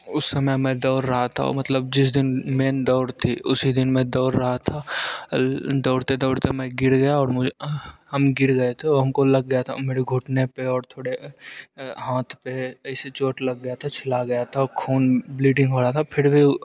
उस समय मैं दौड़ रहा था मतलब जिस दिन मैं दौड़ थी उसी दिन मैं दौड़ रहा था दौड़ते दौड़ते मैं गिर गया और मुझे हम गिर गए तो हमको लग गया था मेरे घुटने पर और थोड़े हाथ पर ऐसे चोट लग गया था छिला गया था और खून ब्लीडिंग हो रहा था फिर भी